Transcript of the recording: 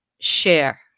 Share